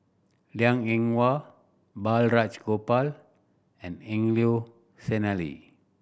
Liang Eng Hwa Balraj Gopal and Angelo Sanelli